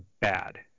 bad